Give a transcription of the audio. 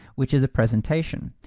which is a presentation.